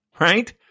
Right